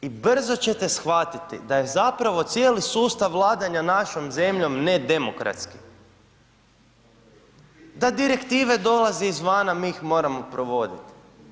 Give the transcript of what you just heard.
I brzo ćete shvatiti da je zapravo cijeli sustav vladanja našom zemljom nedemokratski, da Direktive dolaze iz vana, mi ih moramo provodit.